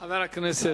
חוץ מהרמה המוסרית שלך.